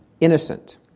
innocent